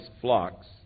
flocks